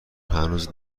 هنوز